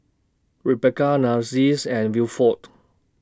Rebeca Nancies and Wilford